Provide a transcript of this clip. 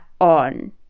on